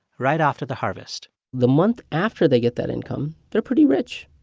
right after the harvest the month after they get that income, they're pretty rich.